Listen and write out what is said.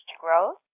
growth